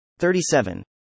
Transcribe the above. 37